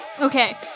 Okay